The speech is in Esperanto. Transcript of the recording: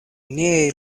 niaj